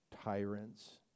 tyrants